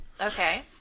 Okay